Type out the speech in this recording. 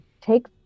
take